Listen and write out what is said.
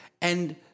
And-